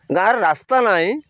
ଗାଁର ରାସ୍ତା ନାହିଁ